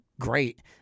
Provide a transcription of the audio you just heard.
great